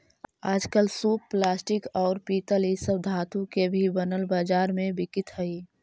आजकल सूप प्लास्टिक, औउर पीतल इ सब धातु के भी बनल बाजार में बिकित हई